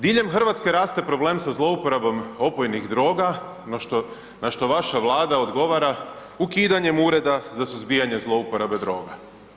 Diljem Hrvatske raste problem sa zlouporabom opojnih droga na što vaša Vlada odgovara, ukidanjem Ureda za suzbijanje zlouporaba droga.